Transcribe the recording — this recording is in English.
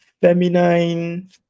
feminine